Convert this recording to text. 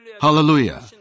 Hallelujah